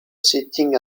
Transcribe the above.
sitting